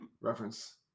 Reference